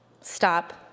stop